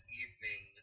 evening